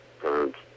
parents